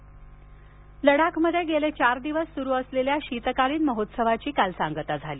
लडाख लडाखमध्ये गेले चार दिवस सुरु असलेल्या शीतकालीन महोत्सवाची काल सांगता झाली